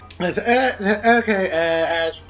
Okay